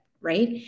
right